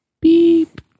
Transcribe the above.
Beep